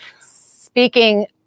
speaking